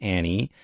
Annie